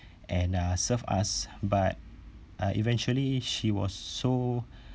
and uh serve us but uh eventually she was so